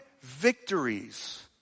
victories